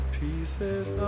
pieces